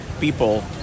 people